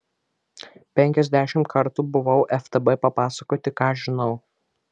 penkiasdešimt kartų buvau ftb papasakoti ką žinau